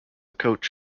coach